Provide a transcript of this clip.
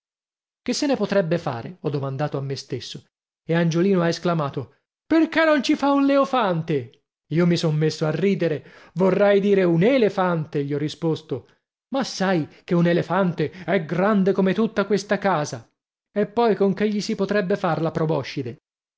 che se ne potrebbe fare ho domandato a me stesso e angiolino ha esclamato perché non ci fa un leofante io mi son messo a ridere vorrai dire un elefante gli ho risposto ma sai che un elefante è grande come tutta questa casa e poi con che gli si potrebbe far la proboscide